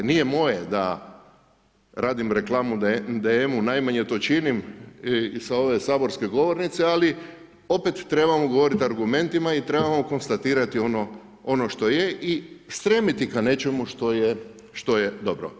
Nije moje da radim reklamu DM-u, najmanje to činim i sa ove saborske govornice, ali opet trebamo govoriti argumentima i trebamo konstatirati ono što je i stremiti ka nečemu što je dobro.